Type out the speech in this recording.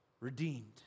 Redeemed